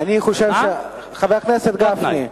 חבר הכנסת גפני,